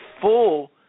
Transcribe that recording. Full